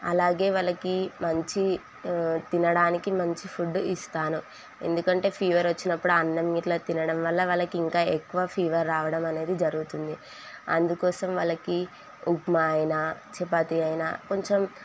అలాగే వాళ్ళకి మంచి తినడానికి మంచి ఫుడ్డు ఇస్తాను ఎందుకంటే ఫీవర్ వచ్చినప్పుడు అన్నం గిట్ల తినడం వల్ల వాళ్ళకి ఇంకా ఎక్కువ ఫీవర్ రావడం అనేది జరుగుతుంది అందుకోసం వాళ్ళకి ఉప్మా అయినా చపాతీ అయినా కొంచెం